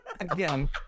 Again